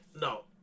No